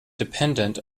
dependent